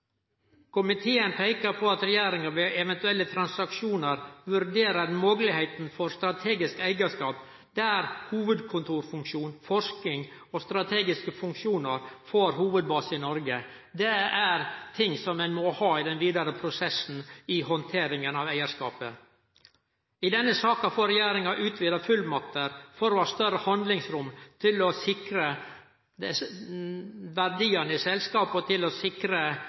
Komiteen peiker på at regjeringa ved eventuelle transaksjonar vurderer moglegheita for strategisk eigarskap der hovudkontorfunksjonar, forsking og strategiske funksjonar får hovudbase i Noreg. Det er ting som ein må ha med i den vidare prosessen i handteringa av eigarskapen. I denne saka får regjeringa utvida fullmakter for å ha større handlingsrom til å sikre verdiane i selskapet og til å sikre